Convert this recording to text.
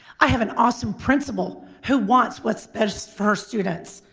i have an awesome principal who wants what's best for her students.